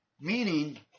Meaning